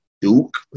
Duke